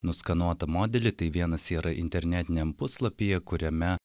nuskanuotą modelį tai vienas yra internetiniam puslapyje kuriame